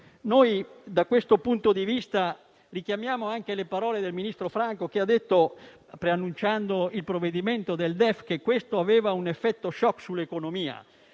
Da questo punto di vista, richiamiamo anche le parole del ministro Franco, che, preannunciando il provvedimento del DEF, ha detto che questo aveva un effetto *shock* sull'economia.